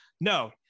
no